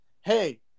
hey